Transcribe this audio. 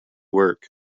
work